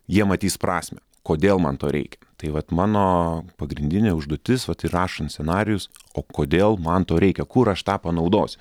jie matys prasmę kodėl man to reikia tai vat mano pagrindinė užduotis vat ir rašant scenarijus o kodėl man to reikia kur aš tą panaudosi